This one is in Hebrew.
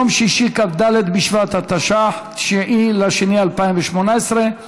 ביום שישי, כ"ד בשבט התשע"ח, 9 בפברואר 2018,